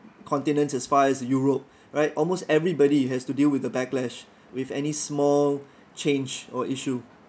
continents as far as europe right almost everybody has to deal with a backlash with any small change or issue